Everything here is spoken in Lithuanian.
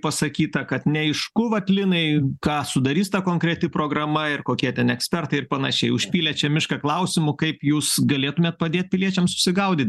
pasakyta kad neaišku vat linai ką sudarys ta konkreti programa ir kokie ten ekspertai ir panašiai užpylė čia mišką klausimų kaip jūs galėtumėt padėt piliečiam susigaudyt